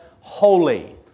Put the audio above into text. holy